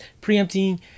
preempting